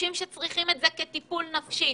אנשים שצריכים טיפול נפשי.